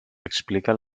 explica